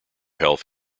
health